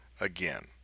again